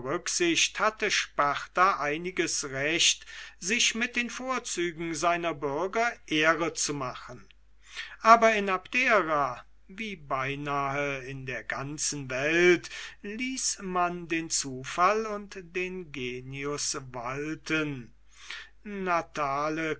rücksicht hatte sparta einiges recht sich mit den vorzügen seiner bürger ehre zu machen aber in abdera wie beinahe in der ganzen welt ließ man den zufall und den genius walten